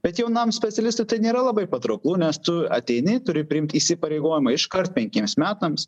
bet jaunam specialistui tai nėra labai patrauklu nes tu ateini turi priimt įsipareigojimą iškar penkiems metams